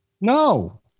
No